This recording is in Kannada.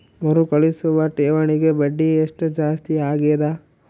ಮರುಕಳಿಸುವ ಠೇವಣಿಗೆ ಬಡ್ಡಿ ಎಷ್ಟ ಜಾಸ್ತಿ ಆಗೆದ?